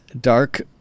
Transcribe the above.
Dark